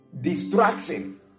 distraction